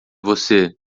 você